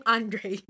Andre